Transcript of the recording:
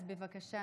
אז בבקשה,